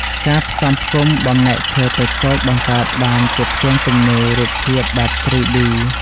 ការផ្សំផ្គុំបំណែកឈើតូចៗ បង្កើតបានជាផ្ទាំងគំនូររូបភាពបែប 3D។